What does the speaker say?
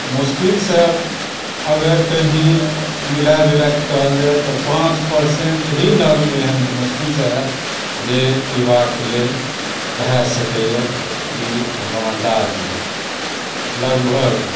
मुश्किलसँ अगर कहीँ मिला जुलाकऽ कहल जाय तऽ पाँच परसेन्ट नल ही एहन मुश्किलसँ होयत जे पीबाक लेल भए सकैए ई हमरा अन्दाजए लगभग